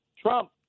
Trump